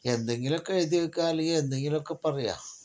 എന്തെങ്കിലുമൊക്കെ എഴുതി വയ്ക്കുക അല്ലെങ്കിൽ എന്തൊങ്കിലുമൊക്കെ പറയുക